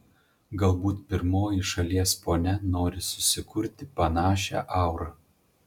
galbūt pirmoji šalies ponia nori susikurti panašią aurą